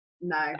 No